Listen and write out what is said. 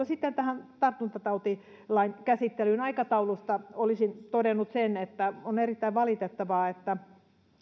sitten tähän tartuntatautilain käsittelyyn aikataulusta olisin todennut sen että on erittäin valitettavaa että